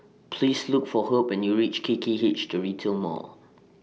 Please Look For Herb when YOU REACH K K H The Retail Mall